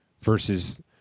versus –